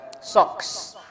socks